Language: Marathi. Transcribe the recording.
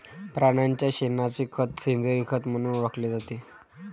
प्राण्यांच्या शेणाचे खत सेंद्रिय खत म्हणून ओळखले जाते